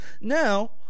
now